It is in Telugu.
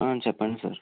చెప్పండి సార్